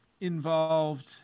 involved